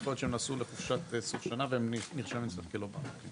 יכול להיות שהם נסעו לחופשת סוף שנה והם נרשמים אצלך כלא בארץ.